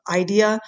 idea